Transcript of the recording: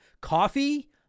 Coffee